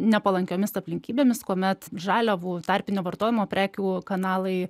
nepalankiomis aplinkybėmis kuomet žaliavų tarpinio vartojimo prekių kanalai